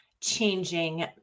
changing